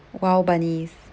wild bunnies